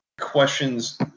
Questions